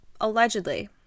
allegedly